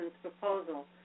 proposal